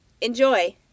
Enjoy